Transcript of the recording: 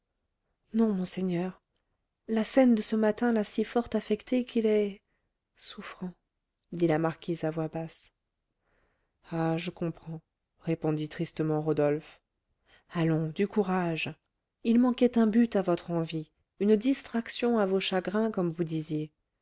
non monseigneur la scène de ce matin l'a si fort affecté qu'il est souffrant dit la marquise à voix basse ah je comprends répondit tristement rodolphe allons du courage il manquait un but à votre envie une distraction à vos chagrins comme vous disiez